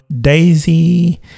Daisy